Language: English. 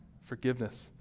forgiveness